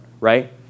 right